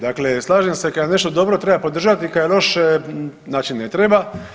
Dakle, slažem se kad je nešto dobro treba podržati, kad je loše znači ne treba.